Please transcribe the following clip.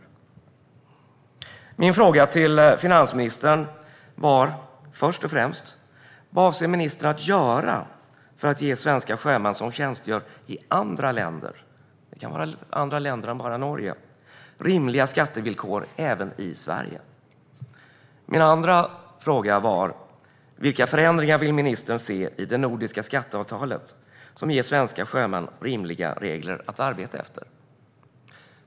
Min främsta fråga till finansministern var vad ministern avser att göra för att ge svenska sjömän som tjänstgör i andra länder - det kan vara andra länder än bara Norge - rimliga skattevillkor även i Sverige. Min andra fråga var vilka förändringar ministern vill se i det nordiska skatteavtalet som ger svenska sjömän rimliga regler att arbeta efter.